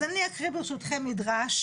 אז אני אקריא ברשותכם מדרש